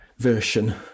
Version